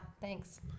thanks